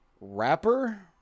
rapper